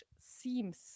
seems